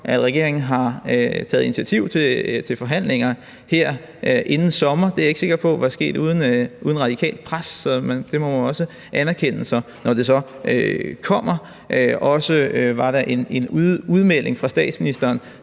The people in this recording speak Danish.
at regeringen har taget initiativ til forhandlinger her inden sommer – det er jeg ikke sikker på var sket uden radikalt pres, så det må man også anerkende, når det så kommer. Der var også en udmelding fra statsministeren